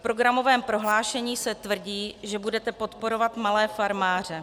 V programovém prohlášení se tvrdí, že budete podporovat malé farmáře.